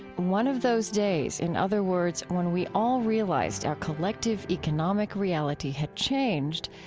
one of those days, in other words, when we all realized our collective economic reality had changed,